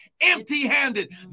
empty-handed